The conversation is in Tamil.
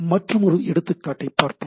மற்றுமொரு எடுத்துக்காட்டைப் பார்ப்போம்